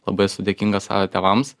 labai esu dėkingas savo tėvams